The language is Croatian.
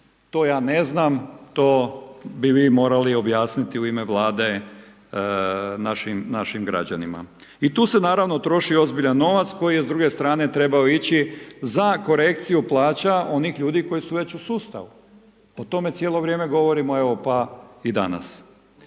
to ja ne znam, to bi vi morali objasniti u ime vlade našim građanima. I tu se naravno troši ozbiljan novac, koji je s druge strane trebao ići za korekciju plaća onih ljudi koji su već u sustavu, o tome cijelo vrijeme govorimo evo pa i danas.